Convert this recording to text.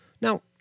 now